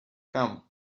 come